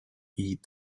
eat